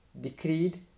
decreed